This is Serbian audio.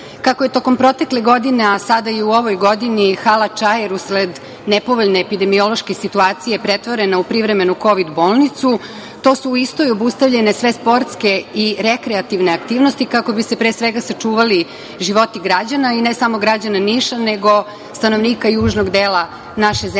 lige. Kako je tokom protekle godine, a sada i u ovoj godini hala „Čair“ usled nepovoljne epidemiološke situacije pretvorene u privremenu Kovid bolnicu, to su u istoj obustavljene sve sportske i rekreativne aktivnosti kako bi se, pre svega, sačuvali životi građana i ne samo građana Niša, nego stanovnika južnog dela naše zemlje